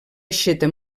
aixeta